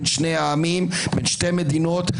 בזה אתם לא דנים פה כי אתם מוטים.